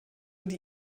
die